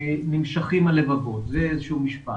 נמשכים הלבבות" זה איזשהו משפט.